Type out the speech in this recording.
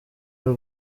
y’u